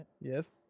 yes